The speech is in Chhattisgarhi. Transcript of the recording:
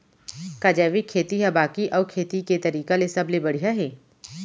का जैविक खेती हा बाकी अऊ खेती के तरीका ले सबले बढ़िया हे?